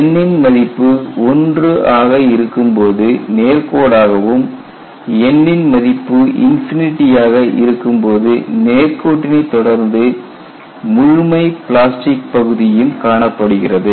n ன் மதிப்பு 1 ஆக இருக்கும்போது நேர் கோடாகவும் n ன் மதிப்பு ஆக இருக்கும்போது நேர் கோட்டினை தொடர்ந்து முழுமை பிளாஸ்டிக் பகுதியும் காணப்படுகிறது